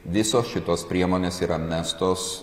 visos šitos priemonės yra mestos